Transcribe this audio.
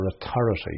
authority